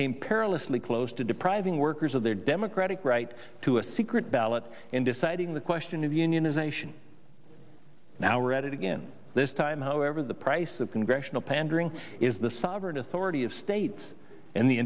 came perilously close to depriving workers of their democratic right to a secret ballot in deciding the question of unionization now read it again this time however the price of congressional pandering is the sovereign authority of states and the